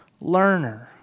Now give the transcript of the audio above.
learner